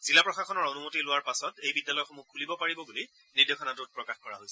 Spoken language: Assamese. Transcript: জিলা প্ৰশাসনৰ অনুমতি লোৱাৰ পাছত এই বিদ্যালয়সমূহ খুলিব পাৰিব বুলি নিৰ্দেশনাত প্ৰকাশ কৰা হৈছে